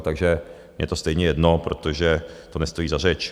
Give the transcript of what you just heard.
Takže mně je to stejně jedno, protože to nestojí za řeč.